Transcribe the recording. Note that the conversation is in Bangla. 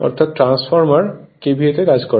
অর্থাৎ ট্রান্সফরমার KVA তে কাজ করে